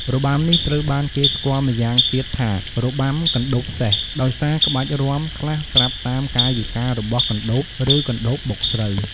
របាំនេះត្រូវបានគេស្គាល់ម្យ៉ាងទៀតថា "របាំកណ្ដូបសេះ" ដោយសារក្បាច់រាំខ្លះត្រាប់តាមកាយវិការរបស់កណ្ដូប ឬកណ្ដូបបុកស្រូវ។